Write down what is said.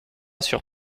sur